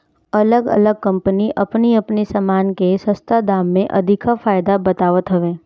अलग अलग कम्पनी अपनी अपनी सामान के सस्ता दाम में अधिका फायदा बतावत हवे